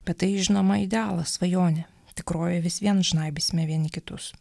bet tai žinoma idealas svajonė tikroji vis vien žnaibysime vieni kitus